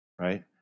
Right